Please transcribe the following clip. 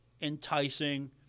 enticing